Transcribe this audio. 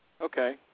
Okay